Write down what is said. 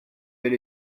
bel